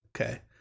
okay